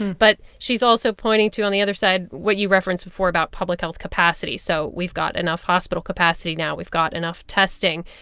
but she's also pointing to, on the other side, what you referenced before about public health capacity. so we've got enough hospital capacity now. we've got enough testing.